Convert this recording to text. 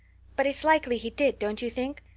but it's likely he did, don't you think?